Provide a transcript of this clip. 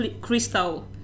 crystal